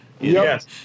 yes